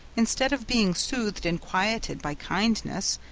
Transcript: instead of being smoothed and quieted by kindness,